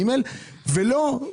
ג' וכולי.